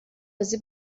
بازی